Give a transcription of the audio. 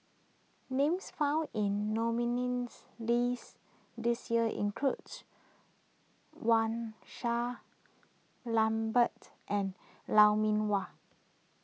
names found in nominees' list this year includes Wang Sha Lambert and Lou Mee Wah